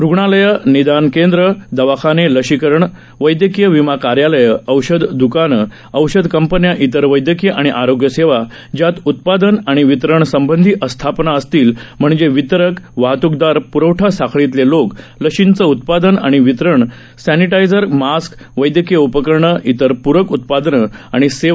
रुग्णालयं निदान केंद्रं दवाखाने लशीकरण वैद्यकीय विमा कार्यालयं औषध दुकांन औषध कंपन्या इतर वैद्यकीय आणि आरोग्य सेवा ज्यात उत्पादन आणि वितरणसंबंधी आस्थापना असतील म्हणजे वितरक वाहत्कदार प्रवठा साखळीतले लोक लशींचं उत्पादन आणि वितरण सँने ायझर मास्क वैद्यकीय उपकरणं इतर पूरक उत्पादनं आणि सेवा